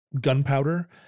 gunpowder